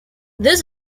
this